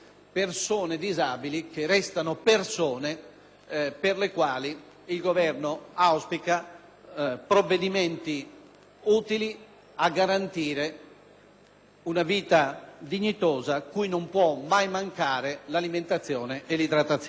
per le quali il Governo auspica provvedimenti utili a garantire una vita dignitosa, cui non può mai mancare l'alimentazione e l'idratazione.